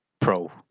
pro